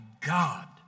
God